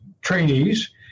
trainees